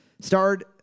starred